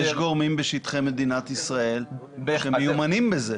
יש גורמים במדינת ישראל המיומנים בזה.